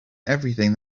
everything